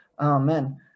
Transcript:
Amen